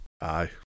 Aye